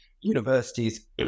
universities